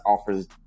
offers